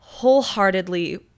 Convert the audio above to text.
wholeheartedly